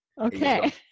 Okay